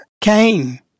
Cain